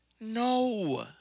no